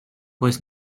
was